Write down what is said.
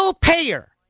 Payer